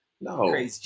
No